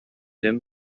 him